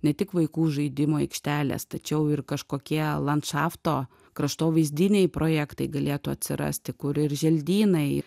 ne tik vaikų žaidimų aikštelės tačiau ir kažkokie landšafto kraštovaizdiniai projektai galėtų atsirasti kur ir želdynai